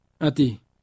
ati